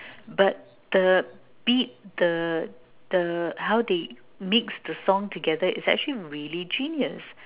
but the beat the the how they mix the song together is actually really genius